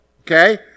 okay